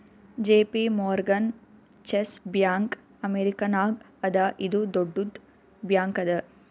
JP Morgan Chase bank ಅಮೇರಿಕಾನಾಗ್ ಅದಾ ಇದು ದೊಡ್ಡುದ್ ಬ್ಯಾಂಕ್ ಅದಾ